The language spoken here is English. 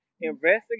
Investigate